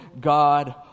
God